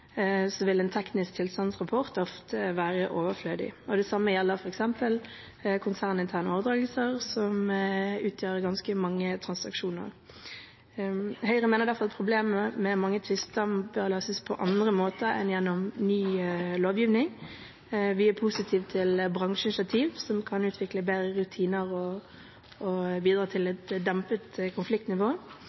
vil en teknisk tilstandsrapport ofte være overflødig. Det samme gjelder f.eks. konserninterne overdragelser, som utgjør ganske mange transaksjoner. Høyre mener derfor at problemet med mange tvister bør løses på andre måter enn gjennom ny lovgivning. Vi er positive til bransjeinitiativ, som kan utvikle bedre rutiner og videre til